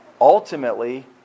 ultimately